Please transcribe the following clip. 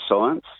science